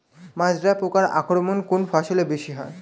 মাজরা পোকার আক্রমণ কোন ফসলে বেশি হয়?